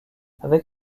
avec